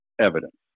evidence